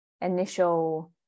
initial